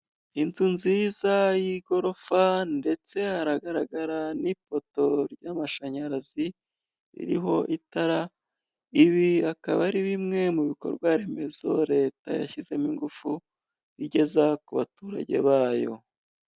Inzu nziza y'igorofa, ndetse haragaragara n'ipoto ry'amashanyarazi, iriho itara, ibi akaba ari bimwe mu bikorwa remezo leta yashyizemo ingufu, igeza ku baturage bayo.